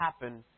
happen